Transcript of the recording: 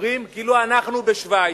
מדברים כאילו אנחנו בשווייץ.